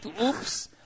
Oops